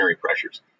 pressures